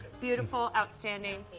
beautiful, outstanding.